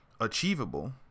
achievable